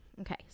Okay